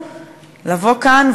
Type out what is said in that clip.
לבוא לכאן,